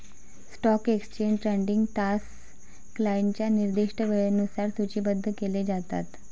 stock exchange trading तास क्लायंटच्या निर्दिष्ट वेळेनुसार सूचीबद्ध केले जातात